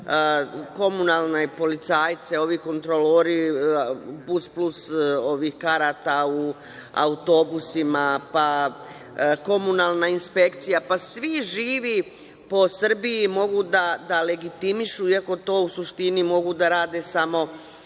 komunalne policajce, ovi kontrolori bus plus karata u autobusima, pa komunalna inspekcija, pa svi živi po Srbiji mogu da legitimišu, iako to u suštini mogu da rade samo